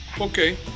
Okay